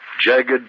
Jagged